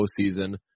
postseason